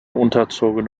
unterzogen